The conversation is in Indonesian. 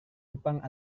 jepang